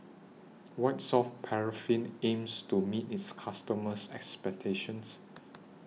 White Soft Paraffin aims to meet its customers' expectations